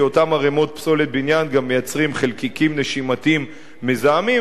כי אותן ערימות פסולת בניין גם מייצרות חלקיקים נשימתיים מזהמים,